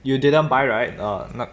you didn't buy right or nope